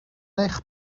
eich